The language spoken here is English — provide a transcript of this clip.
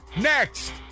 Next